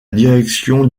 direction